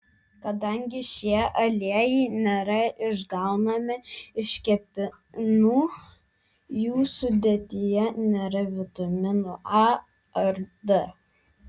kadangi šie aliejai nėra išgaunami iš kepenų jų sudėtyje nėra vitaminų a ir d